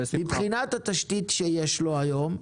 מבחינת התשתית שיש לו היום,